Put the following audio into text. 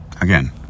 Again